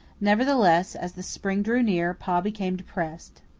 nevertheless, as the spring drew near, pa became depressed.